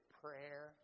prayer